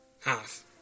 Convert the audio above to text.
Half